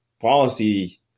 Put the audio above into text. policy